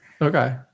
Okay